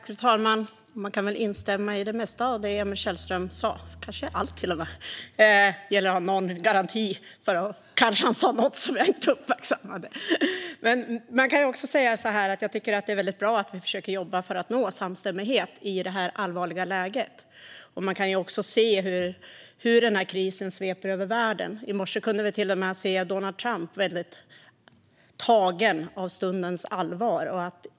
Fru talman! Man kan väl instämma i det mesta av det Emil Källström sa, kanske till och med allt. Det gäller att ha någon garanti - kanske sa han något som jag inte uppmärksammade. Jag tycker att det är väldigt bra att vi försöker jobba för att nå samstämmighet i detta allvarliga läge. Man kan se hur krisen sveper över världen. I morse kunde vi till och med se Donald Trump väldigt tagen av stundens allvar.